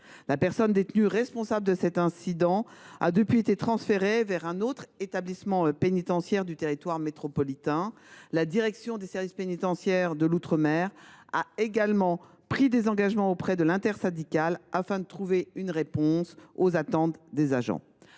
La personne détenue responsable de cet incident a depuis lors été transférée vers un autre établissement pénitentiaire du territoire métropolitain. La direction des services pénitentiaires de l’outre mer a également pris des engagements auprès de l’intersyndicale, afin de trouver une réponse aux attentes des agents.